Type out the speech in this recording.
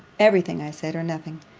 every thing, i said, or nothing,